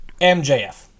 MJF